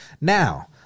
Now